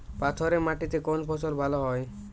পাথরে মাটিতে কোন ফসল ভালো হয়?